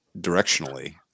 directionally